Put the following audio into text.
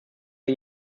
ihn